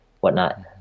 whatnot